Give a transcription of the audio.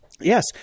Yes